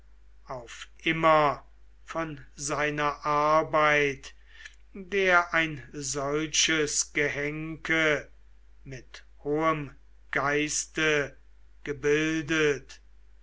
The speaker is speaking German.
auf immer von seiner arbeit der ein solches gehenke mit hohem geiste gebildet